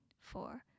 four